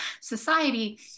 society